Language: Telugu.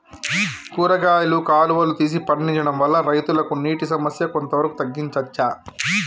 కూరగాయలు కాలువలు తీసి పండించడం వల్ల రైతులకు నీటి సమస్య కొంత వరకు తగ్గించచ్చా?